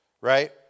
right